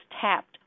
tapped